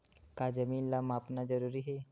का जमीन ला मापना जरूरी हे?